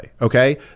okay